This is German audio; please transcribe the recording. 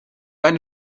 eine